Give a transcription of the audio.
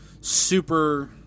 super